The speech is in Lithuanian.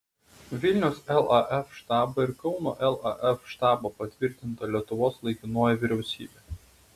vilniaus laf štabo ir kauno laf štabo patvirtinta lietuvos laikinoji vyriausybė